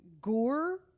gore